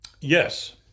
Yes